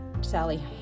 sally